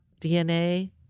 DNA